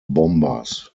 bombers